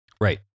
Right